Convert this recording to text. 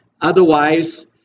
Otherwise